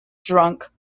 drunk